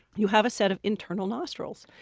you have a set of internal nostrils.